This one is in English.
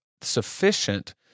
sufficient